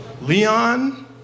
Leon